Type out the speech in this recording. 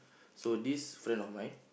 so this friend of mine